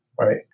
right